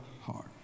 heart